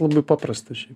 labai paprasta šiaip